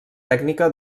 tècnica